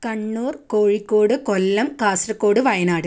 Kannur Kozhikode Kollam Kasaragod Wayanad